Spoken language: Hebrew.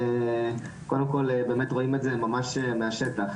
קודם כל באמת רואים את זה ממש מהשטח,